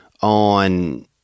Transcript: on